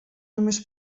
només